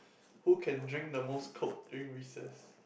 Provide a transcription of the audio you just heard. who can drink the most coke during recess